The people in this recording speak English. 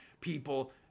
people